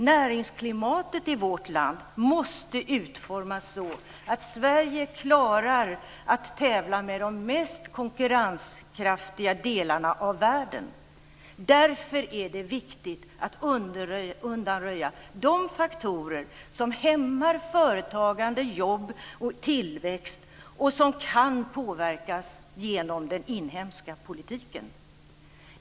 Näringsklimatet i vårt land måste utformas så, att Sverige klarar att tävla med de mest konkurrenskraftiga delarna av världen. Därför är det viktigt att undanröja de faktorer som hämmar företagande, jobb och tillväxt och som kan påverkas genom den inhemska politiken.